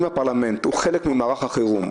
הפרלמנט לא בחופשה והוא חלק ממערך החירום,